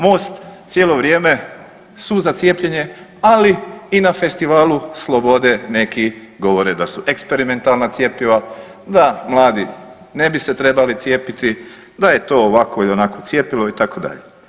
MOST cijelo vrijeme su za cijepljenje, ali i na Festivalu slobode neki govore da su eksperimentalna cjepiva, da mladi ne bi se trebali cijepiti, da je to ovakvo i onakvo cjepivo itd.